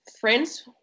friends